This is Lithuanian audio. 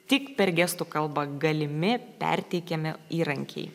tik per gestų kalbą galimi perteikiami įrankiai